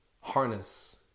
harness